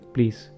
Please